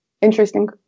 interesting